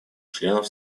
членов